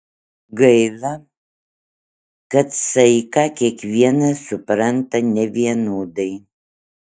gaila kad saiką kiekvienas supranta nevienodai